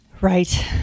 Right